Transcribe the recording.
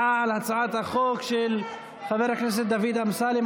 אנחנו עוברים להצבעה על הצעת החוק של חבר הכנסת דוד אמסלם,